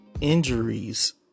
injuries